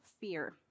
fear